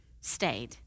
stayed